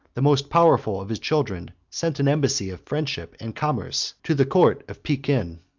the most powerful of his children sent an embassy of friendship and commerce to the court of pekin.